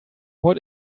what